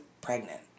pregnant